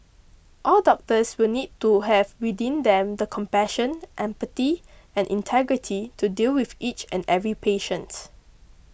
all doctors will need to have within them the compassion empathy and integrity to deal with each and every patient